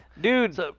Dude